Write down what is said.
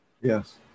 Yes